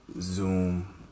Zoom